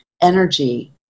energy